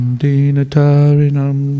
dinatarinam